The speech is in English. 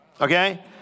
Okay